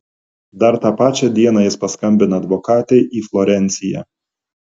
dar tą pačią dieną jis paskambina advokatei į florenciją